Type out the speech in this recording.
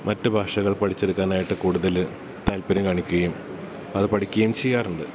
മറ്റ് ഭാഷകൾ പഠിച്ചെടുക്കാനായിട്ട് കൂടുതല് താല്പര്യം കാണിക്കുകയും അത് പഠിക്കുകയും ചെയ്യാറുണ്ട്